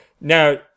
now